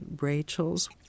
Rachel's